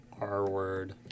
R-word